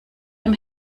dem